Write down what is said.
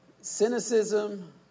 cynicism